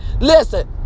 Listen